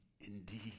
indeed